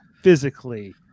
physically